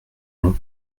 long